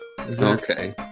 Okay